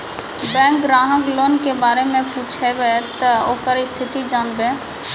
Bank ग्राहक loan के बारे मैं पुछेब ते ओकर स्थिति जॉनब?